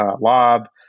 lob